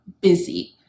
busy